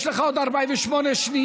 יש לך עוד 48 שניות.